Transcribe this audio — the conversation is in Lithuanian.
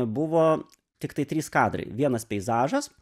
buvo tiktai trys kadrai vienas peizažas